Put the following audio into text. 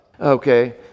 Okay